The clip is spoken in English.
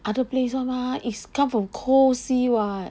other place [one] mah is come from cold sea [what]